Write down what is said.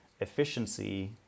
efficiency